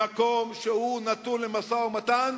במקום שנתון למשא-ומתן